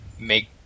make